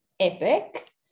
Epic